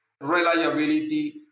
reliability